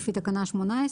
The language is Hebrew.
לפי תקנה 18,